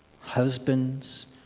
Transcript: husbands